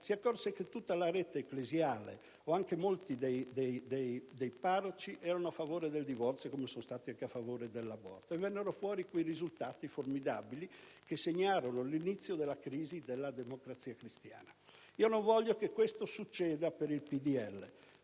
si accorse che tutta la rete ecclesiale e anche molti parroci erano a favore del divorzio, così come sono stati a favore dell'aborto. Ci furono poi quei risultati formidabili, che segnarono l'inizio della crisi della Democrazia Cristiana. Non voglio che questo succeda al PdL: